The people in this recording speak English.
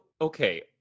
okay